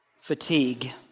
Fatigue